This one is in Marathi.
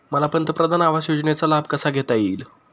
मला पंतप्रधान आवास योजनेचा लाभ कसा घेता येईल?